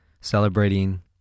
celebrating